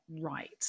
right